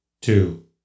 two